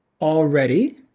already